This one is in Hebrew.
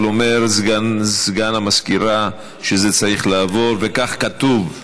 אבל אומר סגן המזכירה שזה צריך לעבור וכך כתוב.